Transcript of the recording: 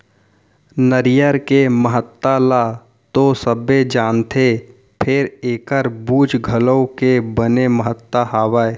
नरियर के महत्ता ल तो सबे जानथें फेर एकर बूच घलौ के बने महत्ता हावय